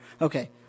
okay